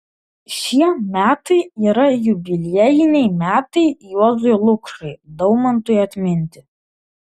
šie metai yra jubiliejiniai metai juozui lukšai daumantui atminti